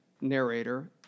narrator